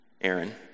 Aaron